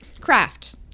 Craft